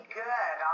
good